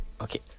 Okay